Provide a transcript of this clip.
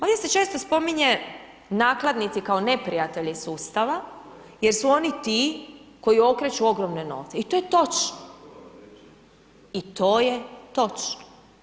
Ovdje se često spominje nakladnici kao neprijatelji sustava jer su oni ti koji okreću ogromne novce i to je točno.